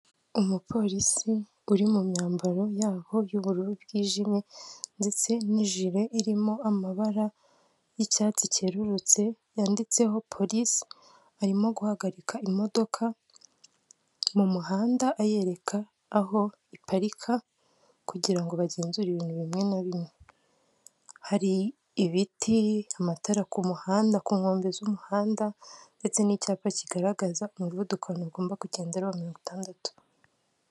Umupolisi uri mu myambaro yabo y'ubururu bwijimye, ndetse n'ijire irimo amabara y'icyatsi cyerurutse, yanditseho polisi, arimo guhagarika imodoka mu muhanda ayereka aho iparika, kugirango bagenzure ibintu bimwe na bimwe, hari ibiti, amatara ku muhanda, ku nkombe z'umuhanda, ndetse n'icyapa kigaragaza umuvuduko umuntu agomba kugendaraho mirongo itandatu.